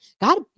God